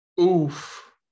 Oof